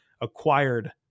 acquired